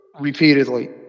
repeatedly